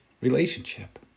relationship